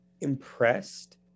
impressed